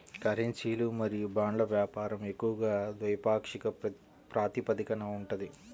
కరెన్సీలు మరియు బాండ్ల వ్యాపారం ఎక్కువగా ద్వైపాక్షిక ప్రాతిపదికన ఉంటది